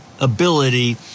ability